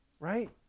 Right